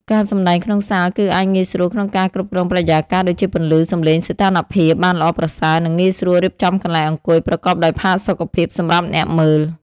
ការសម្តែងក្នុងសាលគឺអាចងាយស្រួលក្នុងការគ្រប់គ្រងបរិយាកាស ដូចជាពន្លឺ សម្លេង សីតុណ្ហភាព បានល្អប្រសើរ និងងាយស្រួលរៀបចំកន្លែងអង្គុយប្រកបដោយផាសុកភាពសម្រាប់អ្នកមើល។